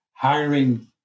hiring